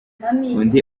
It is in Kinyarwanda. undi